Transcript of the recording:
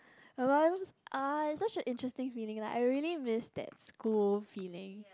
a lot of it was ah it's such an interesting feeling like I really miss that school feeling